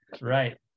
Right